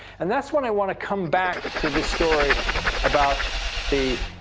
and that's when i want to come back to this story about the